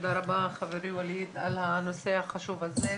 תודה רבה חברי ווליד על הנושא החשוב הזה.